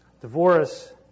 Divorce